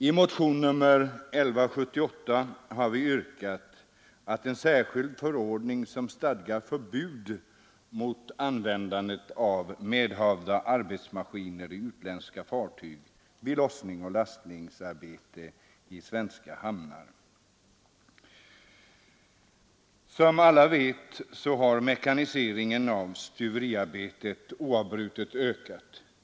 I motionen 1178 har vi yrkat på en särskild förordning som stadgar förbud för användning av medhavda arbetsmaskiner i utländska fartyg vid lossningsoch lastningsarbete i svenska hamnar. Som alla vet har mekaniseringen av stuveriarbetet oavbrutet ökat.